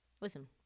Listen